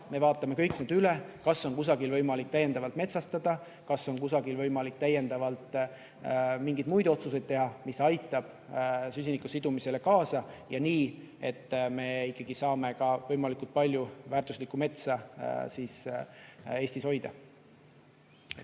me vaatame kõik üle, kas on kusagil võimalik täiendavalt metsastada, kas on kusagil võimalik veel teha mingeid muid otsuseid, mis aitavad süsiniku sidumisele kaasa ja nii, et me ikkagi saame võimalikult palju väärtuslikku metsa Eestis hoida.